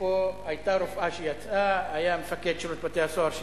היתה רופאה שיצאה, היה מפקד שירות בתי-הסוהר שיצא,